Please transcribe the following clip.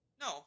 No